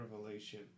revelation